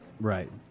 Right